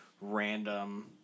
random